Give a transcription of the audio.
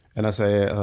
and i say,